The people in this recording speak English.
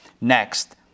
Next